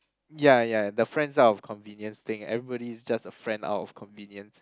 ya ya the friends out of convenience thing everybody is just a friend out of convenience